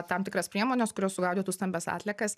tam tikras priemones kurios sugaudytų stambias atliekas